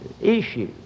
issue